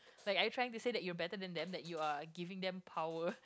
like are you trying to say that you are better then them that you are giving them power